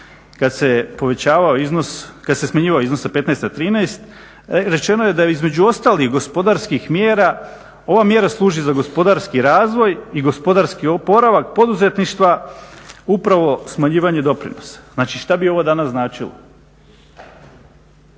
kad se smanjivao iznos sa 15 na 13 rečeno je da između ostalih gospodarskih mjera ova mjera služi za gospodarski razvoj i gospodarski oporavak poduzetništva upravo smanjivanje doprinosa. Znači šta bi ovo danas značilo?